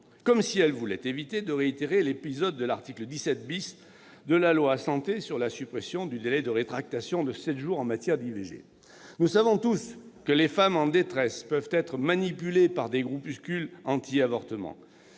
comme si elle voulait éviter de réitérer l'épisode de l'article 17 de la loi « santé », relatif à la suppression du délai de rétractation de sept jours en matière d'IVG. Nous savons tous que les femmes en détresse peuvent être manipulées par des groupuscules antiavortement,